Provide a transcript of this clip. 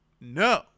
no